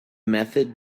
method